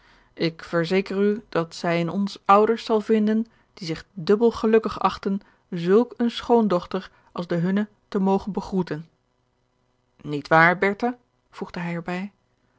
ik verzeker u dat zij in ons ouders zal vinden die zich dubbel gelukkig achten zulk eene schoondochter als de hunne te mogen begroeten niet waar bertha voegde hij er